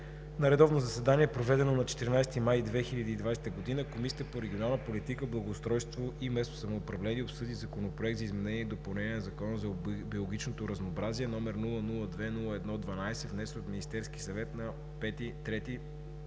На редовно заседание, проведено на 14 май 2020 г., Комисията по регионална политика, благоустройство и местно самоуправление обсъди Законопроект за изменение и допълнение на Закона за биологичното разнообразие, № 002-01-12, внесен от Министерския съвет на 5